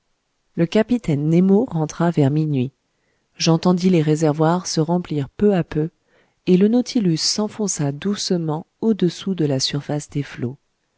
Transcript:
le capitaine nemo rentra vers minuit j'entendis les réservoirs se remplir peu à peu et le nautilus s'enfonça doucement au-dessous de la surface des flots